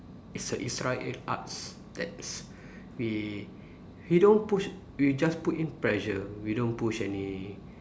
it's it's like a arts that's we we don't push we just put in pressure we don't push any